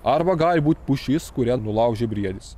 arba gali būt pušis kurią nulaužė briedis